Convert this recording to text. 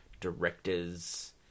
director's